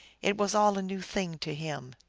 it was all a new thing to him.